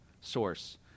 source